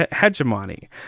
hegemony